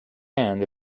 hand